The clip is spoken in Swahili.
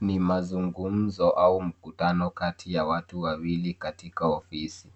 Ni mazungumzo au mkutano kati ya watu wawili katika ofisi.